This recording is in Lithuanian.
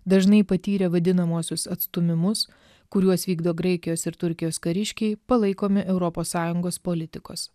dažnai patyrę vadinamuosius atstūmimus kuriuos vykdo graikijos ir turkijos kariškiai palaikomi europos sąjungos politikos